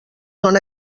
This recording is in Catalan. són